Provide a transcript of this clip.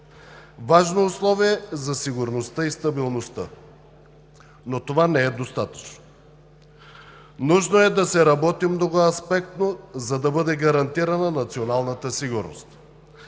важно условие за сигурността и стабилността. Но това не е достатъчно. Нужно е да се работи многоаспектно, за да бъде гарантирана националната сигурност.